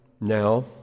now